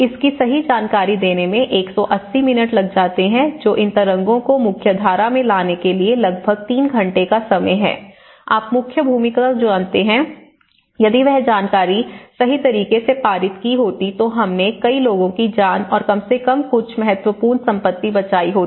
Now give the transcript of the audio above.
इसकी सही जानकारी देने में 180 मिनट लग जाते हैं जो इन तरंगों को मुख्यधारा में लाने के लिए लगभग 3 घंटे का समय है आप मुख्य भूमि को जानते हैं यदि वह जानकारी सही तरीके से पारित की होती तो हमने कई लोगों की जान और कम से कम कुछ महत्वपूर्ण संपत्ति बचाई होती